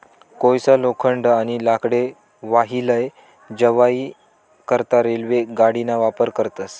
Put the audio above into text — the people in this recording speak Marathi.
कोयसा, लोखंड, आणि लाकडे वाही लै जावाई करता रेल्वे गाडीना वापर करतस